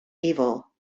evil